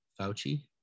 Fauci